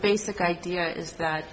basic idea is that